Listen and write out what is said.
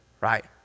right